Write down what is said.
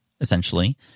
essentially